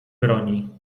broni